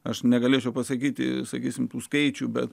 aš negalėčiau pasakyti sakysime tų skaičių bet